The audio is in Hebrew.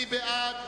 מי בעד?